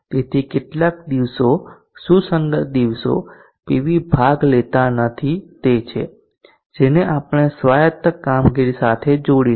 તેથી કેટલાંક દિવસો સુસંગત દિવસો પીવી ભાગ લેતા નથી તે છે જેને આપણે સ્વાયત્ત કામગીરી સાથે જોડીશું